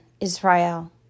Israel